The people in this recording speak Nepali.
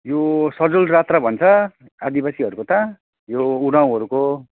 यो सजुल जात्रा भन्छ आदिवासीहरूको त यो उरावँहरूको